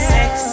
Sex